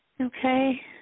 Okay